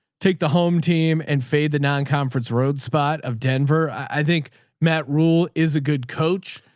take the home team and fade the non-conference road spot of denver. i think matt rule is a good coach.